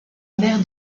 mère